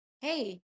hey